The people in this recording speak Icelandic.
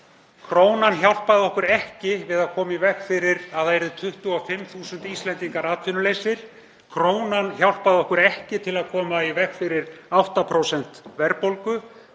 Krónan hjálpaði okkur ekki við að koma í veg fyrir að 25.000 Íslendingar yrðu atvinnulausir. Krónan hjálpaði okkur ekki til að koma í veg fyrir hæstu verðbólgu